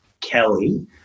Kelly